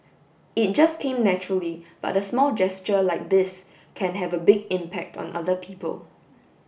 it just came naturally but a small gesture like this can have a big impact on other people